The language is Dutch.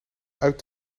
uit